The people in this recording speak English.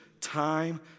Time